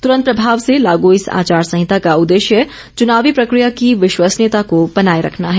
तुरंत प्रभाव से लागू इस आचार संहिता का उद्देश्य चुनावी प्रक्रिया की विश्वसनीयता को बनाए रखना है